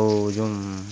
ଆଉ ଯେଉଁ